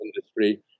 industry